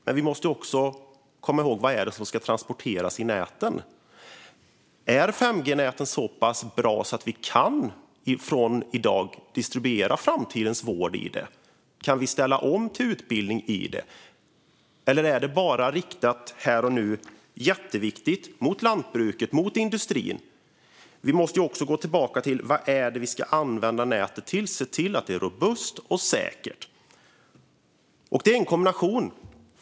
Men vi måste också komma ihåg vad det är som ska transporteras i näten. Är 5G-nätet så pass bra att vi från och med i dag kan distribuera framtidens vård där och ställa om till utbildning? Eller är det bara riktat här och nu - vilket också är jätteviktigt - mot lantbruket och industrin? Vi måste ju gå tillbaka till vad det är vi ska använda nätet till och se till att det är robust och säkert. Det är en kombination.